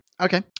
Okay